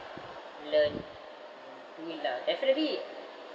learn will lah definitely